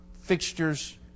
fixtures